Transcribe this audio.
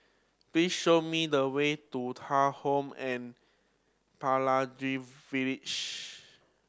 please show me the way to Thuja Home and Pelangi Village